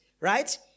right